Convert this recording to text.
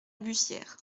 bussière